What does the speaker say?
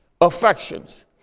affections